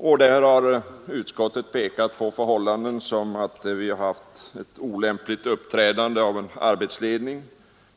Utskottet har där pekat på förhållanden som olämpligt uppträdande av arbetsledningen,